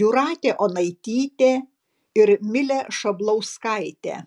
jūratė onaitytė ir milė šablauskaitė